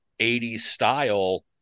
80s-style